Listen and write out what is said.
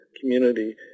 community